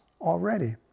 already